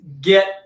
get